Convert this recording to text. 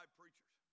preachers